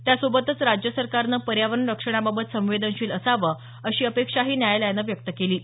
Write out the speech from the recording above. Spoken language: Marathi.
त्यासोबतच राज्य सरकारनं पर्यावरण रक्षणबाबत संवेदनशील असावं अशी अपेक्षाही न्यायालयानं व्यक्त केली आहे